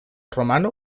romano